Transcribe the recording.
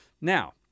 Now